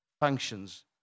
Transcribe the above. Functions